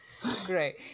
great